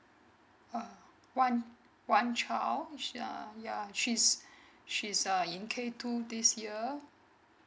uh one one child she um yeah she's she's err in k two this year